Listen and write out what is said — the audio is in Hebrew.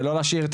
ולא להשאיר את